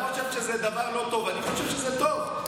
אתה חושב שזה דבר לא טוב, אני חושב שזה טוב.